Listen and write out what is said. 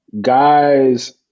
guys